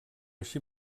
així